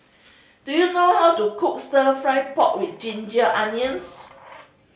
do you know how to cook Stir Fried Pork With Ginger Onions